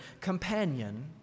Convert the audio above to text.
companion